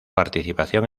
participación